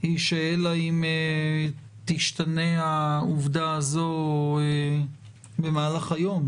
היא שאלא אם תשתנה העובדה הזו במהלך היום,